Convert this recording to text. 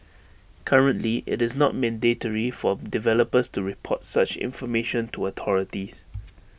currently IT is not mandatory for developers to report such information to authorities